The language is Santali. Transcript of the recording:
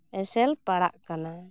ᱮᱥᱮᱨ ᱯᱟᱲᱟᱜ ᱠᱟᱱᱟ